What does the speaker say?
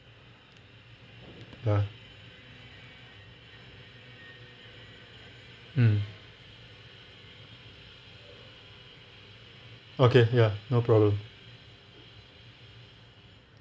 uh um okay ya no problem